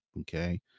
Okay